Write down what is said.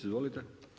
Izvolite.